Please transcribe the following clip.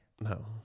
No